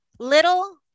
Little